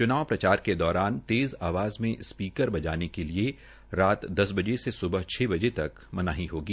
च्नाव प्रचार के दौरान तेज़ आवाज़ में स्पीकर बजाने के लिये रात दस बजे से छ बजे तक मनाही होगी